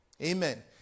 Amen